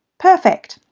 perfect,